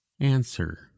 Answer